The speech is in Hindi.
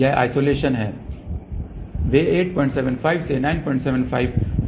यह आइसोलेशन है वे 875 से 975 गीगाहर्ट्ज़ तक माइनस 20 dB से कम हैं